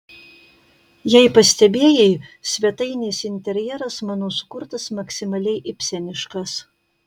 jei pastebėjai svetainės interjeras mano sukurtas maksimaliai ibseniškas